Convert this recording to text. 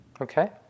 Okay